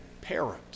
parent